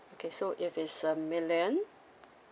okay so if is a million